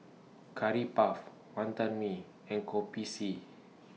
Curry Puff Wonton Mee and Kopi C